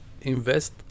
invest